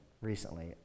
recently